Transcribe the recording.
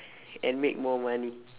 and make more money